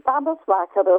labas vakaras